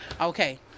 Okay